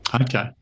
okay